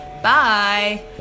Bye